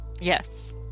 Yes